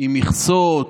עם מכסות,